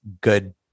good